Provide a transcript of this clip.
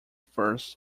first